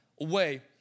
away